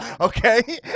okay